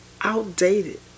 outdated